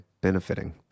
benefiting